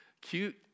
cute